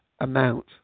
amount